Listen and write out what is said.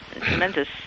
tremendous